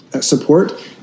support